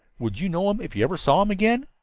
would you know him if you ever saw him again?